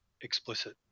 explicit